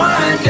One